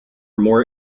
more